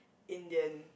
Indian